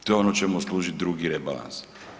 To je ono čemu služi drugi rebalans.